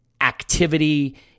activity